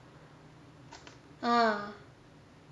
uh